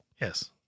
Yes